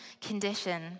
condition